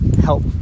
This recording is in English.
help